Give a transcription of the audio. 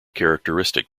characteristic